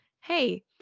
hey